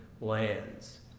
lands